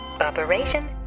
Operation